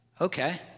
okay